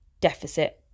deficit